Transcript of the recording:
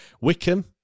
Wickham